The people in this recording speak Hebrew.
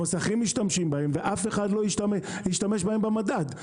מוסכים משתמשים בהם ואף אחד לא ישתמש בהם במדד.